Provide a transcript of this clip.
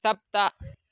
सप्त